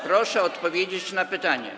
Proszę odpowiedzieć na pytanie.